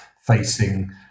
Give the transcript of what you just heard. facing